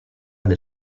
del